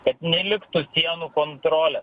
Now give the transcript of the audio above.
kad neliktų sienų kontrolės